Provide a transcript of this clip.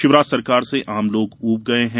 शिवराज सरकार से आम लोग ऊब गए हैं